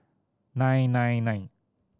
nine nine nine